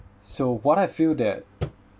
so what I feel that